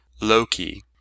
Loki